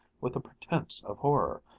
with a pretense of horror,